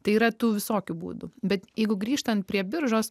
tai yra tų visokių būdų bet jeigu grįžtant prie biržos